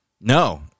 No